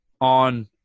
on